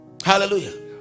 Hallelujah